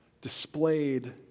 displayed